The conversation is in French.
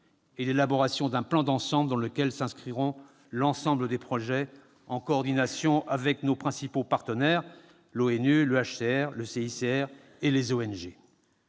et l'élaboration d'un plan d'ensemble dans lequel s'inscriront l'ensemble des projets, en coordination avec nos principaux partenaires, l'ONU, le Haut-Commissariat